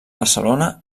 barcelona